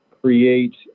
create